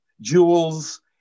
jewels